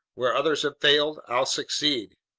where others have failed, i'll succeed.